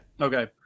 okay